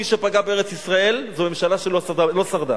מי שפגע בארץ-ישראל זו ממשלה שלא שרדה.